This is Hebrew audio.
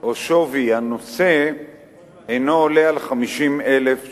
או שווי הנושא אינו עולה על 50,000 שקלים.